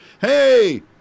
hey